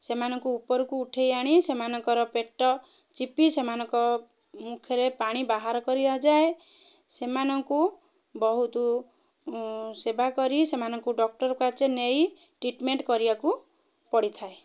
ସେମାନଙ୍କୁ ଉପରକୁ ଉଠେଇଆଣି ସେମାନଙ୍କର ପେଟ ଚିପି ସେମାନଙ୍କ ମୁଖରେ ପାଣି ବାହାରକରିବା ଯାଏଁ ସେମାନଙ୍କୁ ବହୁତୁ ସେବା କରି ସେମାନଙ୍କୁ ଡକ୍ଟର ଟ୍ରିଟ୍ମେଣ୍ଟ୍ କରିବାକୁ ପଡ଼ିଥାଏ